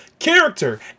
character